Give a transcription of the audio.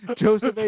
Joseph